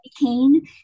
cane